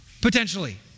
Potentially